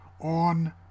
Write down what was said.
on